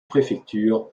préfecture